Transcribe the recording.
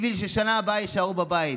בשביל שבשנה הבאה יישארו בבית,